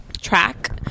track